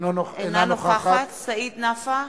אינה נוכחת סעיד נפאע,